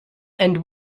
and